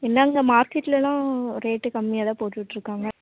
என்னங்க மார்க்கெட்லயெலாம் ரேட் கம்மியாகதான் போட்டுகிட்டு இருக்காங்க